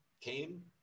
came